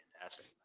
fantastic